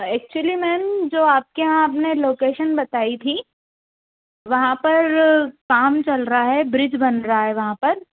actually ma'am जो आपके यहाँ आप ने लोकेशन बताई थी वहाँ पर काम चल रहा है ब्रिज बन रहा है वहाँ पर